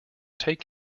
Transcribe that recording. take